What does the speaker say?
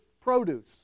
produce